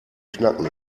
knacken